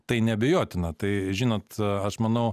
tai neabejotina tai žinot aš manau